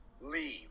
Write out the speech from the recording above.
Leave